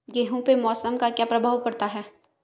गेहूँ पे मौसम का क्या प्रभाव पड़ता है?